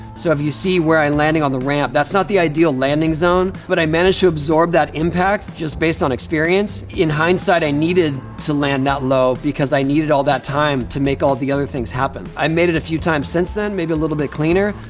so if you see where i'm landing on the ramp, that's not the ideal landing zone, but i managed to absorb that impact just based on experience. in hindsight, i needed to land that low because i needed all that time to make all the other things happen. i made it a few times since then, maybe a little bit cleaner,